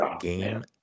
game